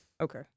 Okay